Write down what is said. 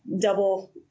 double